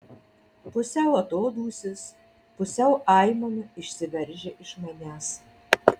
pusiau atodūsis pusiau aimana išsiveržia iš manęs